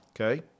Okay